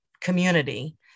community